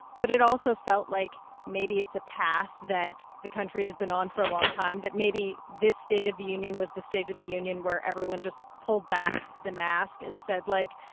but it also felt like maybe it's a path that the country has been on for a long time, that maybe this state of the union was the state of the union where everyone just pulled back the mask and said like,